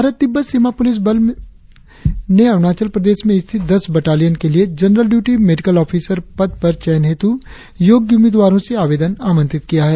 भारत तिब्बत सीमा पुलिस बल में अरुणाचल प्रदेश में स्थित दस बटालियन के लिए जनरल ड्यूटी मेडिकल ऑफिसर पद पर चयन हेत् योग्य उम्मीदवारों से आवेदन आमंत्रित किया है